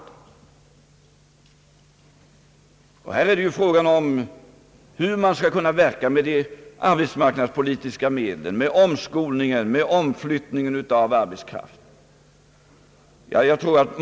I andra delar av vårt land är situa tionen emellertid sådan att frågan i dag är hur vi skall kunna åstadkomma något med de arbetsmarknadspolitiska medlen, med omskolning och omflyttning av arbetskraft.